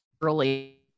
early